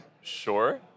Sure